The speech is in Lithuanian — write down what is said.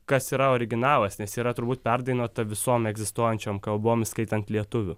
kas yra originalas nes yra turbūt perdainuota visom egzistuojančiom kalbom įskaitant lietuvių